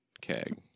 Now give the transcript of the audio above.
keg